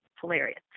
Hilarious